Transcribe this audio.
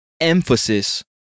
Emphasis